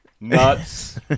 Nuts